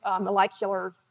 molecular